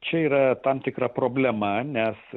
čia yra tam tikra problema nes